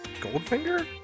Goldfinger